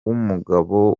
w’umugabo